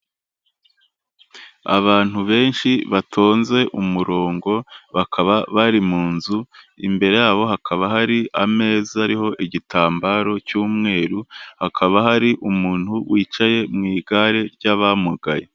Abantu benshi batonze umurongo bakaba bari mu nzu, imbere yabo hakaba hari ameza ariho igitambaro cy'umweru, hakaba hari umuntu wicaye mu igare ry'abamugaye.